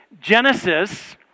Genesis